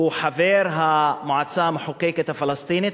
שהוא חבר המועצה המחוקקת הפלסטינית,